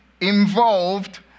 involved